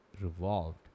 revolved